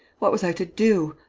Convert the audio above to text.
what was i to do?